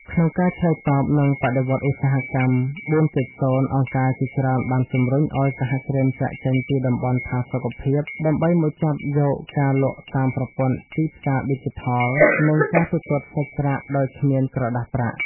ក្នុងការឆ្លើយតបនឹងបដិវត្តន៍ឧស្សាហកម្ម ៤.០ អង្គការជាច្រើនបានជម្រុញឱ្យសហគ្រិនចាកចេញពីតំបន់ផាសុកភាព ដើម្បីមកចាប់យកការលក់តាមប្រព័ន្ធទីផ្សារឌីជីថល និងការទូទាត់សាច់ប្រាក់ដោយគ្មានក្រដាសប្រាក់។